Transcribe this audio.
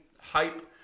hype